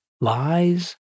lies